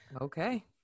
okay